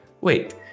Wait